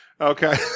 Okay